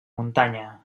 muntanya